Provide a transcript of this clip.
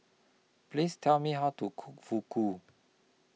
Please Tell Me How to Cook Fugu